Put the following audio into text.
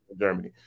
Germany